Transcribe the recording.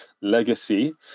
Legacy